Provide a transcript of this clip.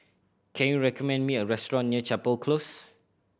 can you recommend me a restaurant near Chapel Close